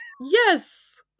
yes